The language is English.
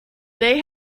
they